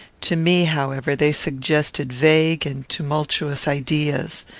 to me, however, they suggested vague and tumultuous ideas.